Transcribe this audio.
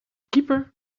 keeper